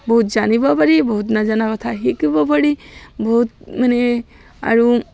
বহুত জানিব পাৰি বহুত নজনা কথা শিকিব পাৰি বহুত মানে আৰু